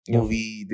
Movie